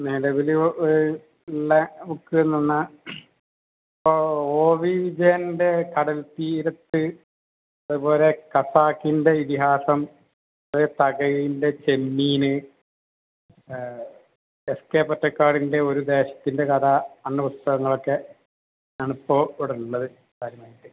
നിലവിൽ ഉള്ള ബുക്ക് എന്ന് പറഞ്ഞാൽ ഇപ്പോൾ ഓ വീ വിജയൻ്റെ കടൽത്തീരത്ത് അത് പോലെ ഖസാക്കിൻ്റെ ഇതിഹാസം തകഴീൻ്റെ ചെമ്മീൻ എസ് ക്കെ പൊറ്റക്കാട്ടിൻ്റെ ഒരു ദേശത്തിൻ്റെ കഥ എന്ന പുസ്തകങ്ങളൊക്കെ ആണ് ഇപ്പോൾ ഇവിടെ ഉള്ളത്